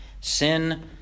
Sin